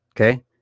Okay